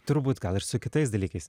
turbūt gal ir su kitais dalykais